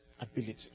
ability